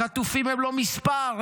החטופים הם לא מספר.